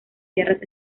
tierras